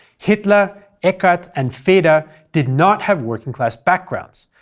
hitler, eckart, and feder did not have working class backgrounds,